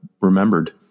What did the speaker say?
remembered